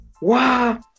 Wow